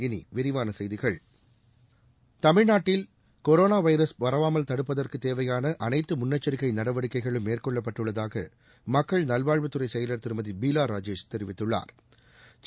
இனி விரிவான செய்திகள் தமிழகத்தில் கொரோனா வைரஸ் வராமல் தடுப்பதற்கு தேவையான அனைத்து முன்னெச்சிக்கை நடவடிக்கைகளும் மேற்கொள்ளப்பட்டுள்ளதாக மக்கள் நல்வாழ்வுத்துறை செயல் திருமதி பீலா ராஜேஷ் தெரிவித்துள்ளா்